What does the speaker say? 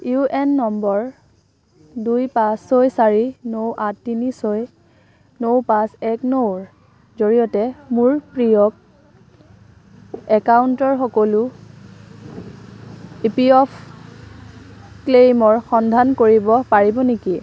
U N নম্বৰ দুই পাঁচ ছয় চাৰি ন আঠ তিনি ছয় ন পাঁচ এক নৰ জৰিয়তে মোৰ পি এফ একাউণ্টৰ সকলো ই পি এফ ক্লেইমৰ সন্ধান কৰিব পাৰিব নেকি